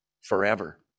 forever